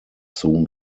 soon